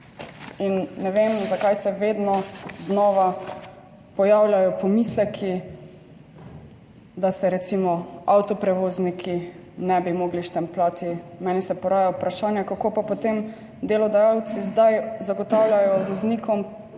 In ne vem zakaj se vedno znova pojavljajo pomisleki, da se recimo avtoprevozniki ne bi mogli štempljati. Meni se poraja vprašanje, kako pa potem delodajalci zdaj zagotavljajo voznikom